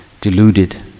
deluded